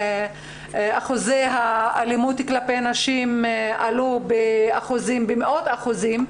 יש עלייה של מאות אחוזים באלימות נגד נשים,